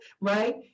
Right